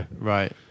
Right